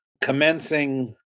commencing